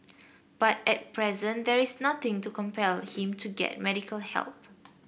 but at present there is nothing to compel him to get medical help